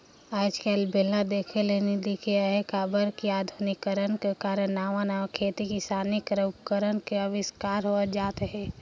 आएज काएल बेलना देखे ले नी दिखत अहे काबर कि अधुनिकीकरन कर कारन नावा नावा खेती किसानी कर उपकरन कर अबिस्कार होवत जात अहे